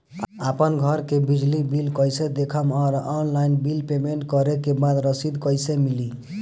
आपन घर के बिजली बिल कईसे देखम् और ऑनलाइन बिल पेमेंट करे के बाद रसीद कईसे मिली?